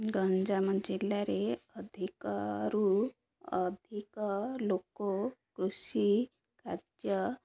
ଗଞ୍ଜାମ ଜିଲ୍ଲାରେ ଅଧିକରୁ ଅଧିକ ଲୋକ କୃଷି କାର୍ଯ୍ୟ